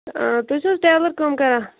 اۭں تُہۍ چھِو حَظ ٹیلر کٲم کران